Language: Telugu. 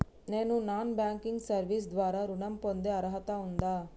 నేను నాన్ బ్యాంకింగ్ సర్వీస్ ద్వారా ఋణం పొందే అర్హత ఉందా?